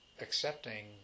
accepting